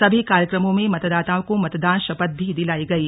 सभी कार्यक्रमों में मतदाताओं को मतदान शपथ भी दिलाई गयी